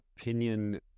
opinion